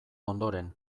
ondoren